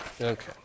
Okay